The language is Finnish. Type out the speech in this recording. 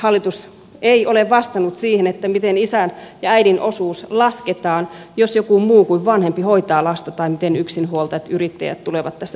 hallitus ei ole vastannut siihen miten isän ja äidin osuus lasketaan jos joku muu kuin vanhempi hoitaa lasta tai miten yksinhuoltajat yrittäjät tulevat tässä pakkokiintiössä kohdelluksi